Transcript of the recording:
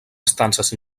estances